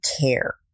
care